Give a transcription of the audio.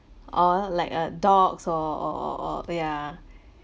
oh like a dogs or or or or yeah